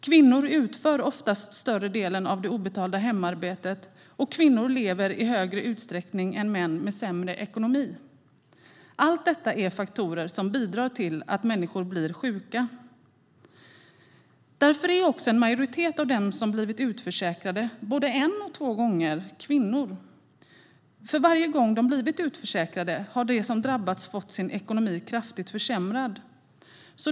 Kvinnor utför oftast större delen av det obetalda hemarbetet, och kvinnor lever i större utsträckning än män med sämre ekonomi. Allt detta är faktorer som bidrar till att människor blir sjuka. Därför är också en majoritet av dem som blivit utförsäkrade både en och två gånger kvinnor. För varje gång de blivit utförsäkrade har de som drabbats fått sin ekonomi kraftigt försämrad.